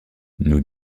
nous